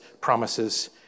promises